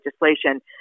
legislation